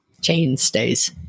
Chainstays